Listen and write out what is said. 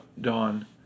dawn